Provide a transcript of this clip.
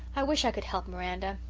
i wish i could help miranda.